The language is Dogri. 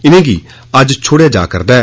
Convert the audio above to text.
इनेंगी अज्ज छोड़ने जा करदा ऐ